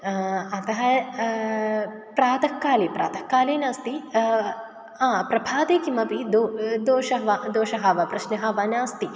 अतः प्रातःकाले प्रातःकाले नास्ति प्रभाते किमपि दो दोषः वा दोषः वा प्रश्नः वा नास्ति